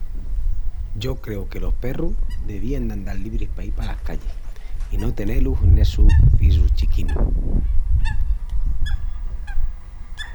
Yo creu que los perrus devían d'andal libris paí palas callis i no tené-lus n’essus pisus chiquinus.